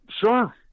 sure